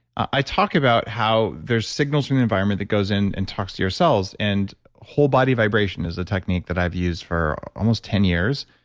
i talk about how there's signals from the environment that goes in and talks to yourselves, and whole body vibration is a technique that i've used for almost ten years.